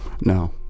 no